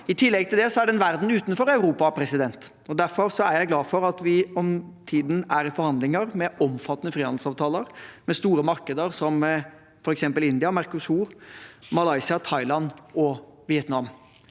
I tillegg til det er det en verden utenfor Europa. Derfor er jeg glad for at vi for tiden er i forhandlinger om omfattende frihandelsavtaler, med store markeder, som f.eks. India, Mercosur, Malaysia, Thailand og Vietnam.